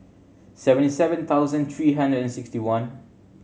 seventy seven thousand three hundred and sixty one